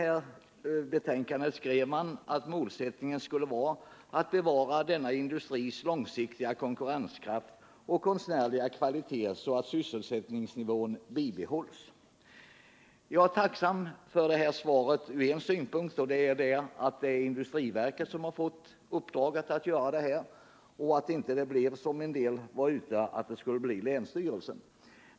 I betänkandet skrev utskottet att målsättningen skulle vara att bevara denna industris långsiktiga konkurrenskraft och konstnärliga kvalitet, så att sysselsättningsnivån bibehålls. Jag är tacksam för det här svaret ur en synpunkt, nämligen att det är industriverket som har fått uppdraget att utarbeta förslag och att det inte, som en del var ute efter, blev länsstyrelsen.